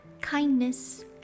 kindness